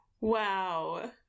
Wow